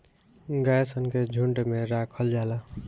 गाय सन के झुंड में राखल जाला